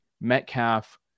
Metcalf